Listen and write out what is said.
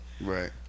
right